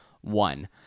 one